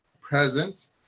present